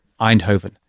Eindhoven